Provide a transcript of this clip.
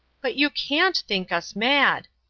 but you can't think us mad,